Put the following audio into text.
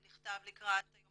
הוא נכתב לקראת היום